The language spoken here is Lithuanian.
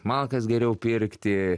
malkas geriau pirkti